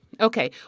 Okay